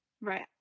Right